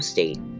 State